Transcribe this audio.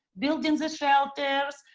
building the shelters,